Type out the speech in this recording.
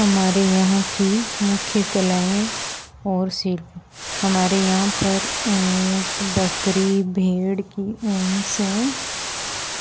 हमारे यहाँ की मुख्य कलाएँ और सिर्फ हमारे यहाँ पर ऊँट बकरी भेड़ के ऊन से